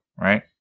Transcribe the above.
right